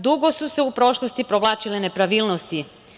Dugo su se u prošlosti provlačile nepravilnosti.